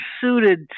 suited